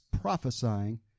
prophesying